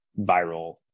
viral